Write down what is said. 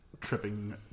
tripping